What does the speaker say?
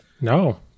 No